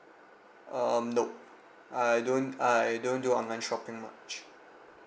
um nope I don't I don't do online shopping much